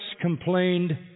complained